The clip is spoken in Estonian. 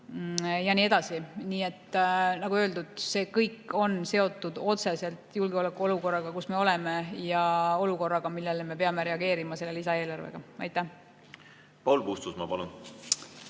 Ja nii edasi. Nii et nagu öeldud, see kõik on seotud otseselt julgeolekuolukorraga, kus me oleme, ja olukorraga, millele me peame reageerima selle lisaeelarvega. Paul Puustusmaa, palun!